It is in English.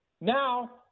Now